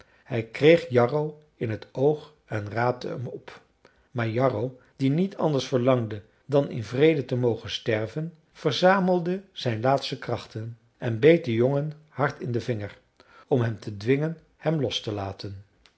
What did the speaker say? hij kreeg jarro in het oog en raapte hem op maar jarro die niet anders verlangde dan in vrede te mogen sterven verzamelde zijn laatste krachten en beet den jongen hard in den vinger om hem te dwingen hem los te laten